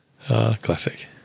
Classic